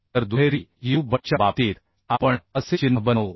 तर दुहेरी यू बटच्या बाबतीत आपण असे चिन्ह बनवू